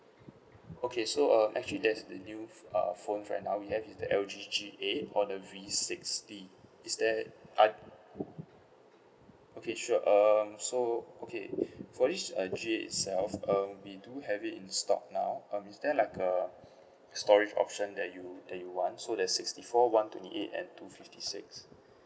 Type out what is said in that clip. okay so uh actually there's a new uh phone for another is the L_G G eight or the V sixty is that I okay sure um so okay for this uh G eight itself um we do have it in stock now um is there like a storage option that you that you want so there's sixty four one twenty eight and two fifty six